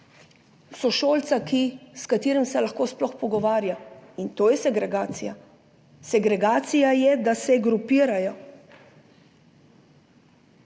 sošolca, s katerim se lahko sploh pogovarja. In to je segregacija. Segregacija je, da se grupirajo,